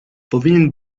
powinien